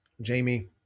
Jamie